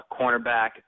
cornerback